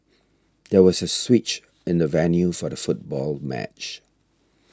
there was a switch in the venue for the football match